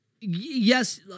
yes